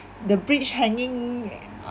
the bridge hanging